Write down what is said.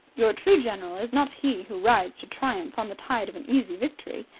your true general is not he who rides to triumph on the tide of an easy victory,